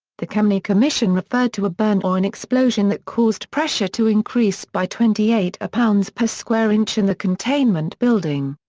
the kemeny commission referred to a burn or an explosion that caused pressure to increase by twenty eight ah pounds per square inch in the containment building.